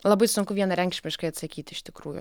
labai sunku vienareikšmiškai atsakyti iš tikrųjų